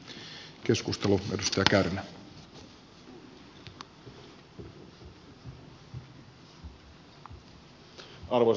arvoisa puhemies